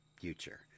future